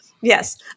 Yes